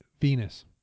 Venus